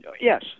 yes